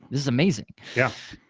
this is amazing. yeah